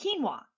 quinoa